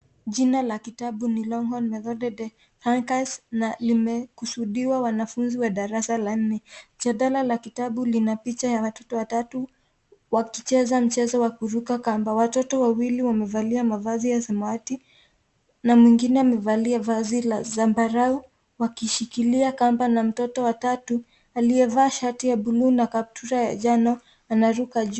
Jina la kitabu ni Longhorn Methode de Francais na limekusudiwa wanafunzi wa darasa la nne. Jalada la kitabu lina picha ya watoto watatu wakicheza mchezo wa kuruka kamba. Watoto wawili wamevalia mavazi ya samawati na mwingine amevalia vazi la zambarau, wakishikilia kamba na mtoto wa tatu aliyevaa shati ya bluu na kaptula ya njano anaruka juu.